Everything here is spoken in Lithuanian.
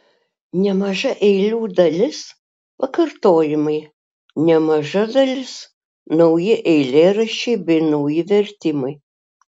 nemaža eilių dalis pakartojimai nemaža dalis nauji eilėraščiai bei nauji vertimai